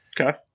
Okay